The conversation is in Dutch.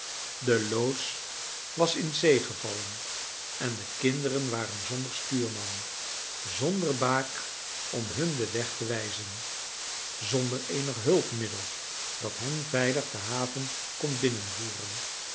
de loods was in zee gevallen en de kinderen waren zonder stuurman zonder baak om hun den weg te wijzen zonder eenig hulpmiddel dat hen veilig de haven kon